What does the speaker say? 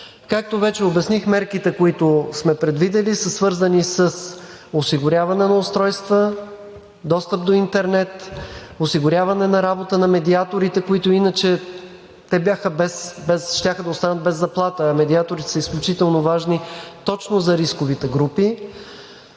Както вече обясних, мерките, които сме предвидили, са свързани с осигуряване на устройства, достъп до интернет, осигуряване на работа на медиаторите, които иначе щяха да останат без заплата, а медиаторите са изключително важни точно за рисковите групи,